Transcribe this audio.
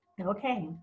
Okay